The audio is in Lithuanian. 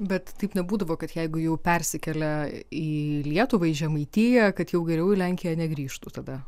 bet taip nebūdavo kad jeigu jau persikėlia į lietuvą į žemaitiją kad jau geriau į lenkiją negrįžtų tada